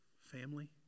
Family